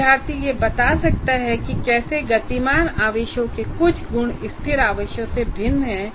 विद्यार्थी यह बता सकता है कि कैसे गतिमान आवेशों के कुछ गुण स्थिर आवेशों से भिन्न होते हैं